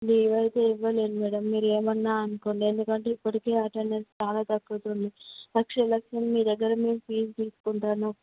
leave అయితే ఇవ్వలేను madam మీరు ఏమైనా అనుకోండి ఎందుకంటే ఇప్పటికే అటెండన్స్ చాలా తగ్గుతోంది లక్షలు లక్షలు మీ దగ్గర మేము ఫీజ్ తీసుకుంటన్నాము